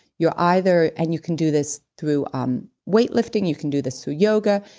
you're either, and you can do this through um weightlifting, you can do this through yoga,